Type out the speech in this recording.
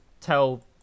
tell